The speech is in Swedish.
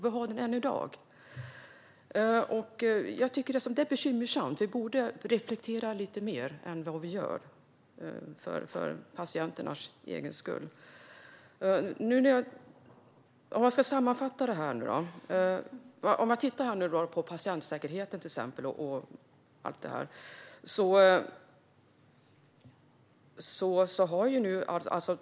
Vi har den än i dag. Det är bekymmersamt. Vi borde reflektera mer än vi gör, för patienternas egen skull. Låt mig sammanfatta detta.